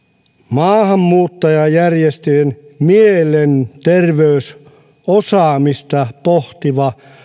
maahanmuuttajajärjestöjen mielenterveysosaamista pohtiva